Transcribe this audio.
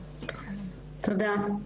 תודה.